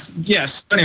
Yes